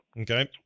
Okay